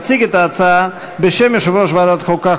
תציג את ההצעה בשם יושב-ראש ועדת החוקה,